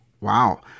wow